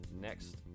next